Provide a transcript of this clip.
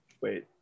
wait